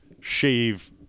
shave